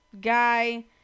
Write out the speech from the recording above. guy